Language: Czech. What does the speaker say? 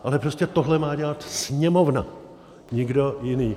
Ale prostě tohle má dělat Sněmovna, nikdo jiný.